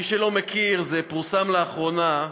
מי שלא מכיר, פורסם לאחרונה,